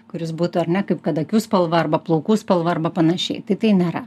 kuris butų ar ne kaip kad akių spalva arba plaukų spalva arba panašiai tai tai nėra